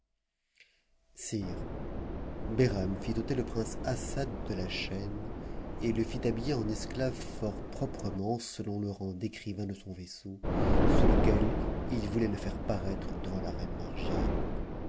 fit ôter le prince assad de la chaîne et le fit habiller en esclave fort proprement selon le raug d'écrivain de son vaisseau sous lequel il voulait le faire paraître devant la reine